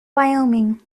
wyoming